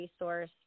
resource